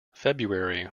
february